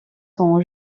sont